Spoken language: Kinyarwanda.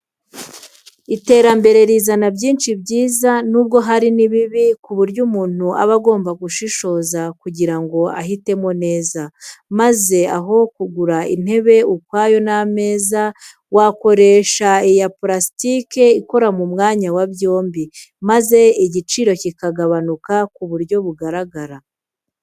Iterambere rizana byinshi byiza n'ubwo hari n'ibibi ku buryo umuntu aba agomba gushishoza kugira ngo ahitemo neza, maze aho kugura intebe ukwayo n'ameza, wakoresha iyi ya purasitiki ikora mu mwanya wa byombi, maze igiciro kikagabanuka ku buryo bugaragara.